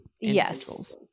Yes